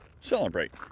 celebrate